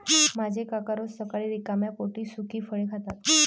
माझे काका रोज सकाळी रिकाम्या पोटी सुकी फळे खातात